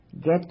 get